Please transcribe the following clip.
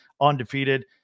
undefeated